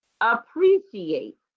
Appreciate